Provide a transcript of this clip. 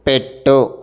పెట్టు